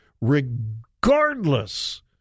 regardless